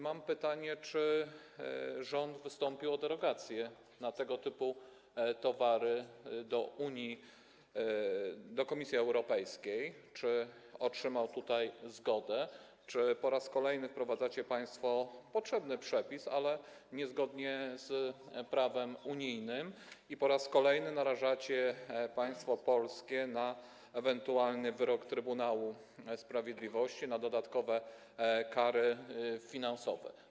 Mam pytanie: Czy rząd wystąpił o derogację na tego typu towary do Komisji Europejskiej, czy otrzymał zgodę, czy po raz kolejny wprowadzacie państwo potrzebny przepis, ale niezgodnie z prawem unijnym i po raz kolejny narażacie państwo polskie na ewentualny wyrok Trybunału Sprawiedliwości, na dodatkowe kary finansowe?